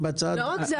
לא רק זה,